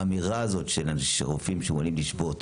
האמירה הזאת שרופאים מעוניינים לשבות